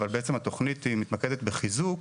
אבל בעצם התכנית מתמקדת בחיזוק